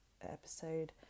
episode